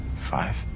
Five